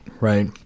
Right